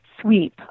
sweep